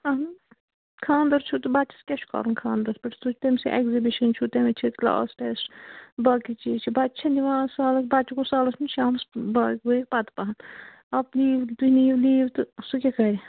اَہن نہ خانٛدر چھُ بچس کیٛاہ چھُ کَرُن خانٛدرس پٮ۪ٹھ سُہ تمِسے اٮ۪کزِبِشن چھُ تٔمِس چھِ کٕلاس ٹٮ۪س باقٕے چیٖز چھِ بچہٕ چھِ نِوان آز سالس بچہٕ گوٚو سالس نیُن شامس باگوٲے پتہٕ پہن آپ لیٖو تُہۍ نِیِو لیٖو تہٕ سُہ کیٛاہ کَرِ